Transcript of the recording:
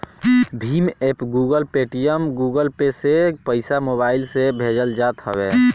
Bhim app, Google, Paytm, Google Pay से पईसा mobile से भेजल जात हवे